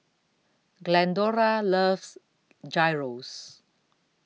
Glendora loves Gyros